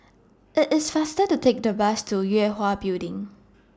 IT IS faster to Take The Bus to Yue Hwa Building